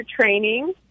training